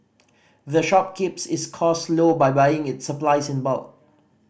the shop keeps its cost low by buying its supplies in bulk